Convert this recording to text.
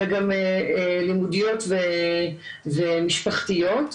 אלא לימודיות ומשפחתיות.